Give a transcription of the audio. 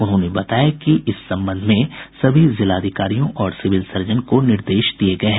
उन्होंने बताया कि इस संबंध में सभी जिलाधिकारियों ओर सिविल सर्जन को निर्देश दिये गये हैं